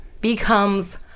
becomes